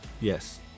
Yes